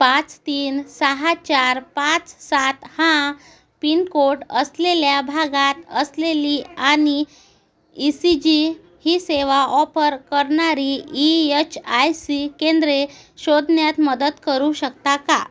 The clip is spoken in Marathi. पाच तीन सहा चार पाच सात हा पिनकोड असलेल्या भागात असलेली आणि ई सी जी ही सेवा ऑफर करणारी ई एच आय सी केंद्रे शोधण्यात मदत करू शकता का